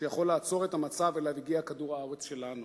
שיוכל לעצור את המצב לגבי כדור הארץ שלנו.